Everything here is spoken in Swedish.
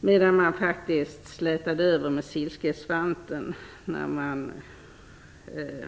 Däremot slätar man faktiskt över med silkesvante när det gäller